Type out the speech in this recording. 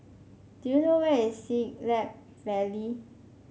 do you know where is Siglap Valley